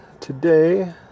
today